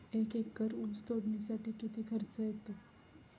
एक एकर ऊस तोडणीसाठी किती खर्च येतो?